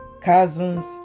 cousins